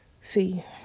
See